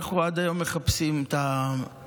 אנחנו עד היום מחפשים את המימון.